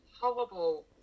Horrible